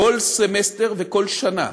כל סמסטר וכל שנה.